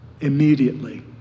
immediately